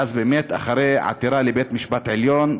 ואז, באמת, אחרי עתירה לבית-המשפט העליון,